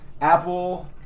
Apple